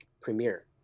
premiere